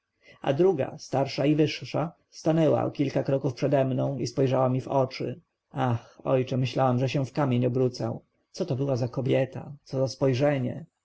a druga starsza i wyższa stanęła o kilka kroków przede mną i spojrzała mi w oczy ach ojcze myślałam że się w kamień obrócę co to była za kobieta co za spojrzenie